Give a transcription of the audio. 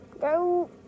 Go